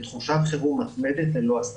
בתחושת חירום מתמדת ללא הצדקה.